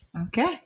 okay